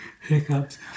hiccups